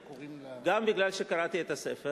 גם מפני שקראתי את הספר,